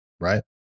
right